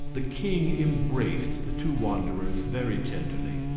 the king embraced the two wanderers very tenderly.